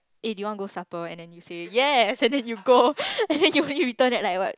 eh do you want go supper and then you say yes and you then you go and then you return at like what